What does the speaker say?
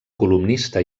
columnista